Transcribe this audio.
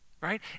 Right